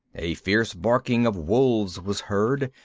a fierce barking of wolves was heard,